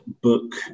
book